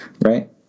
right